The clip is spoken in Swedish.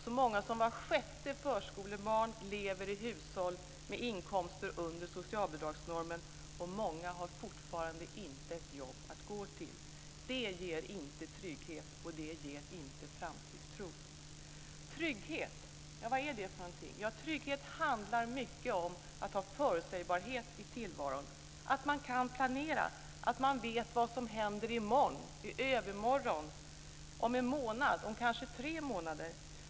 Så många som var sjätte förskolebarn lever i hushåll med inkomster under socialbidragsnormen, och många har fortfarande inte ett jobb att gå till. Det ger inte trygghet, och det ger inte framtidstro. Trygghet, vad är det för något? Trygghet handlar mycket om att ha förutsägbarhet i tillvaron, att man kan planera, att man vet vad som händer i morgon, i övermorgon, om en månad och kanske om tre månader.